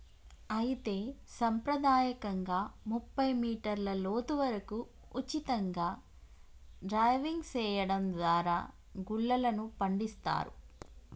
అయితే సంప్రదాయకంగా ముప్పై మీటర్ల లోతు వరకు ఉచితంగా డైవింగ్ సెయడం దారా గుల్లలను పండిస్తారు